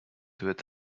with